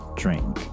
drink